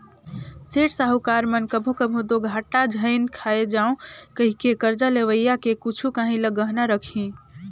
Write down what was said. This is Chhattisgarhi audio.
सेठ, साहूकार मन कभों कभों दो घाटा झेइन खाए जांव कहिके करजा लेवइया के कुछु काहीं ल गहना रखहीं